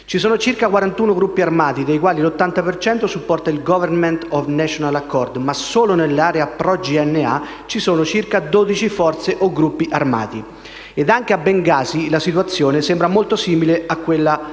Ci sono circa 41 gruppi armati, dei quali l'80 per cento supporta il Government of national accord (GNA), ma solo nell'area pro-GNA ci sono circa 12 forze o gruppi armati e anche a Bengasi la situazione sembra molto simile a quella di